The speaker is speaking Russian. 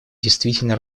действительно